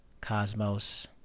cosmos